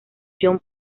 john